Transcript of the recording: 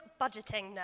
budgeting